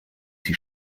sie